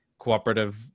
cooperative